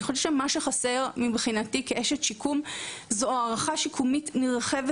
אני חושבת שמה שחסר זו הערכה שיקומית נרחבת,